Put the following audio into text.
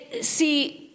see